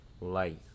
Light